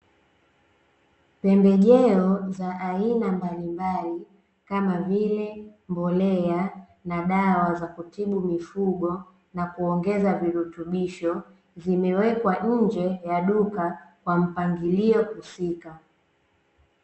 Pembejeo za aina mbali mbali kama vile, mbolea na dawa za kutibu mifugo na kuongeza virutubisho, vimewekwa nje ya duka kwa mpangilio husika.